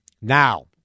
Now